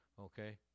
okay